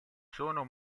sono